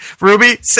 Ruby